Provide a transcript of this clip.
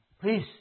Please